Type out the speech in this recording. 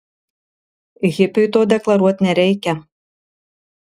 hipiui to deklaruot nereikia